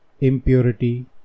impurity